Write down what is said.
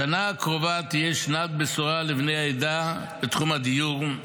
השנה הקרובה תהא שנת בשורה לבני העדה בתחום הדיור,